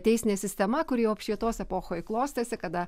teisinė sistema kuri jau apšvietos epochoj klostėsi kada